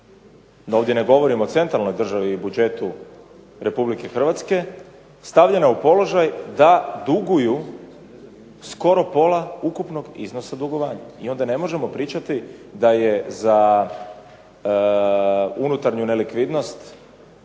ovdje ne govorim o centralnoj državi i budžetu RH, stavljena u položaj da duguju skoro pola ukupnog iznosa dugovanja. I onda ne možemo pričati da je za unutarnju nelikvidnost